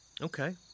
Okay